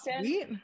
sweet